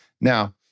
Now